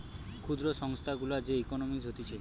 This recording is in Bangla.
ক্ষুদ্র সংস্থা গুলার যে ইকোনোমিক্স হতিছে